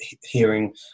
hearing